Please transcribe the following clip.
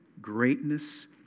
greatness